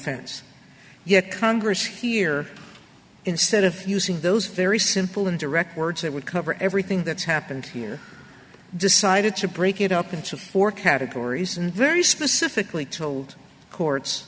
offense yet congress here instead of using those very simple and direct words that would cover everything that's happened here decided to break it up into four categories and very specifically told courts